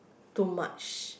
too much